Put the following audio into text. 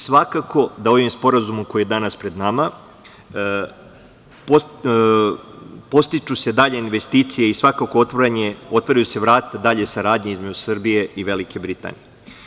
Svakako da se ovim sporazumom koji je danas pred nama podstiču dalje investicije i otvaraju vrata dalje saradnje između Srbije i Velike Britanije.